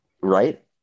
right